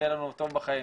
שיהיה לנו טוב בחיים,